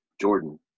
Jordan